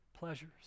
pleasures